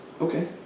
Okay